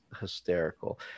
hysterical